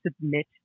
submit